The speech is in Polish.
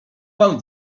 pan